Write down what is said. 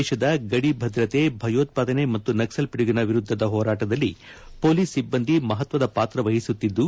ದೇಶದ ಗಡಿ ಭದ್ರತೆ ಭಯೋತ್ವಾದನೆ ಮತ್ತು ನಕ್ಲಲ್ ಪಿಡುಗಿನ ವಿರುದ್ಧದ ಹೋರಾಟದಲ್ಲಿ ಪೊಲೀಸ್ ಸಿಬ್ಬಂದಿ ಮಹತ್ವದ ಪಾತ್ರ ವಹಿಸುತ್ತಿದ್ದು